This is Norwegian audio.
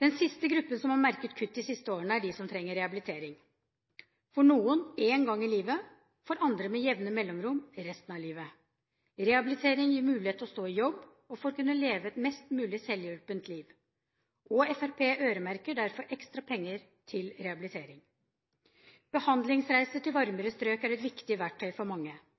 Den siste gruppen som har merket kutt de siste årene, er de som trenger rehabilitering – for noen én gang i livet, for andre med jevne mellomrom resten av livet. Rehabilitering gir mulighet til å stå i jobb og kunne leve et mest mulig selvhjulpent liv. Fremskrittspartiet øremerker derfor ekstra penger til rehabilitering. Behandlingsreiser til varmere strøk er et viktig verktøy for mange.